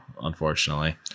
unfortunately